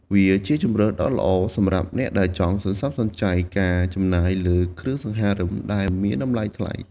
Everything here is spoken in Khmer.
វាជាជម្រើសដ៏ល្អសម្រាប់អ្នកដែលចង់សន្សំសំចៃការចំណាយលើគ្រឿងសង្ហារិមដែលមានតម្លៃថ្លៃ។